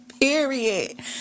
Period